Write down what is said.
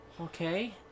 Okay